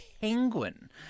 penguin